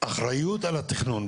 אחריות על התכנון.